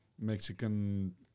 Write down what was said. Mexican